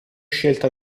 scelta